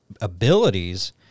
abilities